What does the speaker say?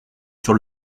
sur